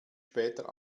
später